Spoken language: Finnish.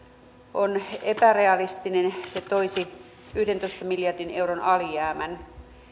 on epärealistinen se toisi yhdentoista miljardin euron alijäämän